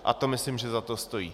A to myslím, že za to stojí.